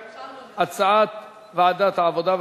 הצעת ועדת העבודה,